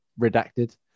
redacted